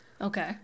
Okay